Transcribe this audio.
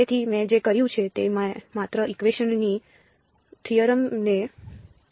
તેથી મેં જે કર્યું છે તે મેં માત્ર એક્સટીન્ક્શન થિયરમ ને જ પસંદ ફંક્શન્સ છે